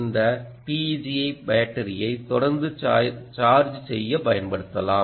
இந்த TEG ஐப் பேட்டரியை தொடர்ந்து சார்ஜ் செய்ய பயன்படுத்தலாம்